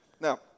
Now